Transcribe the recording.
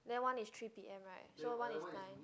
then one is three P_M right so one is nine